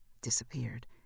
disappeared